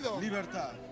Libertad